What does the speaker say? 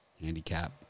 handicap